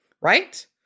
right